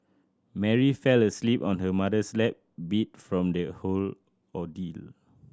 Mary fell asleep on her mother's lap beat from the whole ordeal